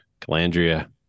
Calandria